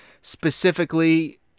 specifically